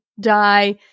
die